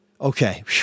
Okay